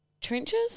trenches